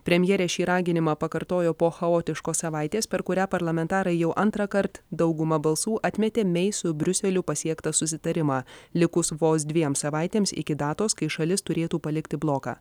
premjerė šį raginimą pakartojo po chaotiškos savaitės per kurią parlamentarai jau antrąkart dauguma balsų atmetė mei su briuseliu pasiektą susitarimą likus vos dviems savaitėms iki datos kai šalis turėtų palikti bloką